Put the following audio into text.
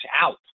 out